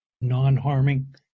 non-harming